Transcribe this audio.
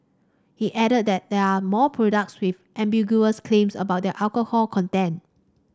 he added that there are more products with ambiguous claims about their alcohol content